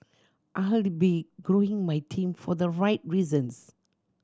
I had be growing my team for the right reasons